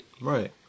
Right